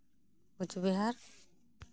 Cooch Behar